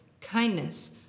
kindness